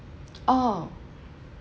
orh